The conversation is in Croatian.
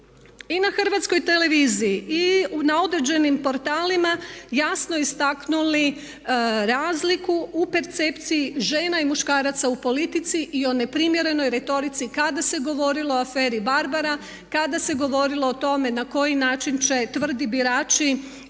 i na HRT-u i na određenim portalima jasno istaknuli razliku u percepciji žena i muškaraca u politici i o neprimjerenoj retorici kada se govorilo o aferi „Barbara“ kada se govorilo o tome na koji način će tvrdi birači